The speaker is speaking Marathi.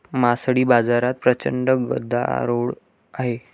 मासळी बाजारात प्रचंड गदारोळ आहे